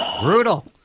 Brutal